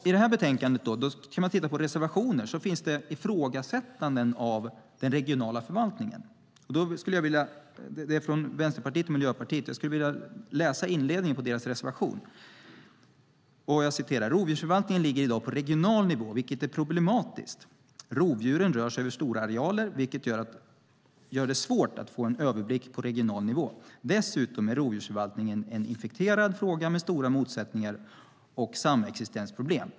I betänkandet kan man titta på reservationerna. Där finns ifrågasättanden av den regionala förvaltningen från Vänsterpartiet och Miljöpartiet. Jag skulle vilja läsa inledningen på deras reservation: "Rovdjursförvaltningen ligger i dag på regional nivå, vilket är problematiskt. Först och främst rör sig rovdjuren över stora arealer, vilket gör det svårt att få en överblick på regional nivå. Dessutom är rovdjursförvaltningen en infekterad fråga med stora motsättningar och samexistensproblem.